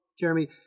Jeremy